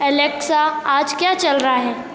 Alexa आज क्या चल रहा है